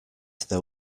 there